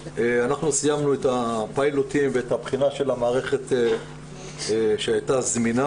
סיימנו את הפיילוטים ואת בחינת המערכת שהייתה זמינה,